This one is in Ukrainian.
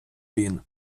він